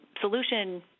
solution